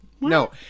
No